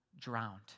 drowned